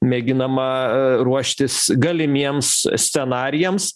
mėginama ruoštis galimiems scenarijams